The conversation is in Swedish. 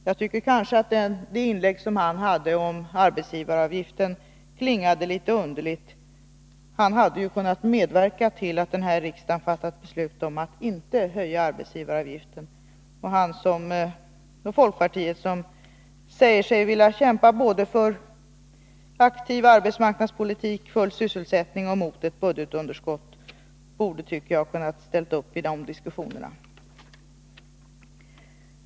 Jag tycker att det inlägg som han hade om arbetsgivaravgiften klingade litet underligt; han hade ju kunnat medverka till att den här riksdagen fattat beslut om att inte höja arbetsgivaravgiften — folkpartiet, som ju säger sig vilja kämpa både för aktiv arbetsmarknadspolitik, för aktiv sysselsättningspolitik och mot ett budgetunderskott, borde, tycker jag, ha kunnat ställa upp på den punkten.